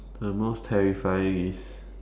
uh most terrifying is